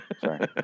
Sorry